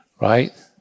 right